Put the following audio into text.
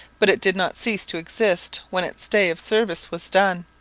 but it did not cease to exist when its day of service was done.